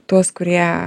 tuos kurie